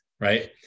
right